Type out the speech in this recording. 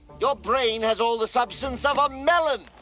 your brain has all the substance of a melon.